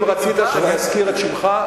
אם רצית שאני אזכיר את שמך,